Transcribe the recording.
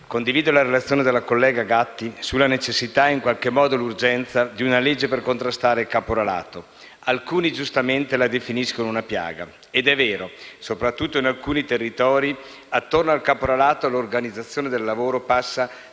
condivido la relazione della collega Gatti sulla necessità e, in qualche modo, l'urgenza di una legge per contrastare il caporalato, che alcuni giustamente definiscono una piaga. Ciò è vero, soprattutto in alcuni territori dove a causa del caporalato l'organizzazione del lavoro passa